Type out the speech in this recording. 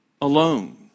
alone